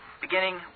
beginning